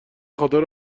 خاطر